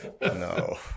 no